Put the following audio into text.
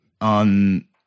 on